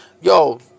yo